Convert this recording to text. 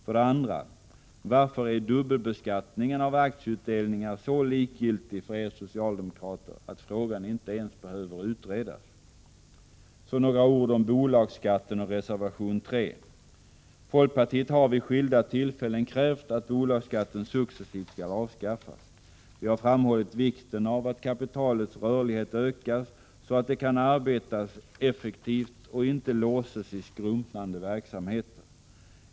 För det andra: Varför är dubbelbeskattningen av aktieutdelningar så likgiltig för er socialdemokrater att frågan inte ens behöver utredas? Så några ord om bolagsskatten och reservation 3. Folkpartiet har vid skilda tillfällen krävt att bolagsskatten successivt skall avskaffas. Vi har framhållit vikten av att kapitalets rörlighet ökas så att det kan arbeta effektivt och inte låses i skrumpnande verksamheter.